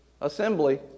assembly